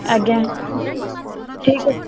ଆଜ୍ଞା ଠିକଅଛି